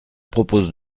propose